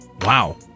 Wow